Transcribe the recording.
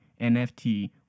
NFT